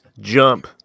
Jump